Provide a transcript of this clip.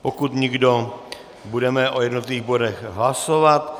Pokud nikdo, budeme o jednotlivých bodech hlasovat.